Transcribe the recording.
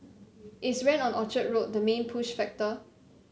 is rent on Orchard Road the main push factor